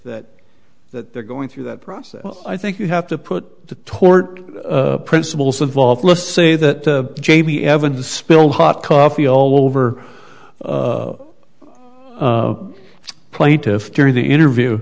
that that they're going through that process i think you have to put the tort principles involved let's say that jamie evans spilled hot coffee all over the plaintiff during the interview